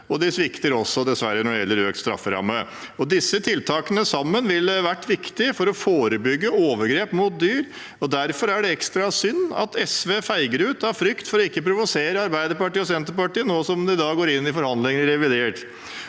dessverre også når det gjelder økt strafferamme. Disse tiltakene sammen ville vært viktige for å forebygge overgrep mot dyr. Derfor er det ekstra synd at SV feiger ut av frykt for å provosere Arbeiderpartiet og Senterpartiet nå som de går inn i forhandlinger om revidert.